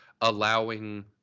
allowing